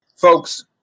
folks